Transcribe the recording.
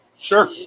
Sure